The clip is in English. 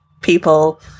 people